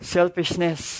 Selfishness